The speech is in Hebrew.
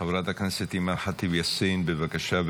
חברת הכנסת אימאן ח'טיב יאסין, בבקשה.